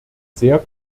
sehr